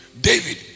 David